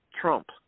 Trump